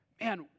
man